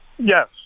Yes